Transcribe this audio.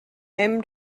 hem